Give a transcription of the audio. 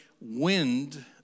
wind